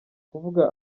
kuvuga